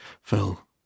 fell